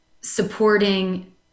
supporting